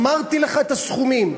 אמרתי לך את הסכומים,